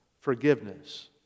forgiveness